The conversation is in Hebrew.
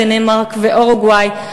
דנמרק ואורוגוואי.